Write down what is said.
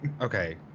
Okay